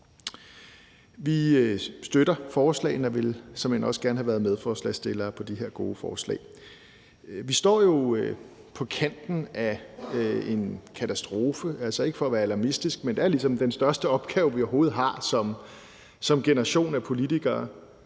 Vi støtter forslagene og ville såmænd også gerne have været medforslagsstillere på de her gode forslag. Vi står jo på kanten af en katastrofe. Det er altså ikke for at være alarmistisk, men det er ligesom den største opgave, vi, vores generation af politikere,